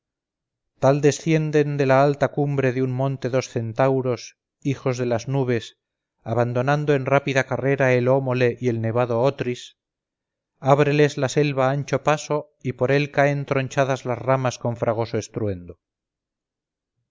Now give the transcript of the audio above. tal descienden de la alta cumbre de un monte dos centauros hijos de las nubes abandonando en rápida carrera el hómole y el nevado otris ábreles la selva ancho paso y por él caen tronchadas las ramas con fragoso estruendo